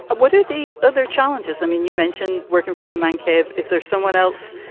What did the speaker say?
what are the other challenges? i mean, you mentioned working from a man cave. is there someone else,